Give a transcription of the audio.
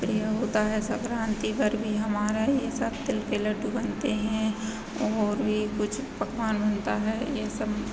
प्रिय होता है सक्रांति पर भी हमारा ही सब तिल के लड्डू बनते हैं और भी कुछ पकवान बनता है ये सब